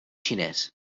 xinès